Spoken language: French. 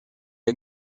est